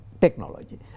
technology